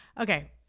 Okay